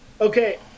Okay